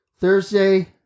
Thursday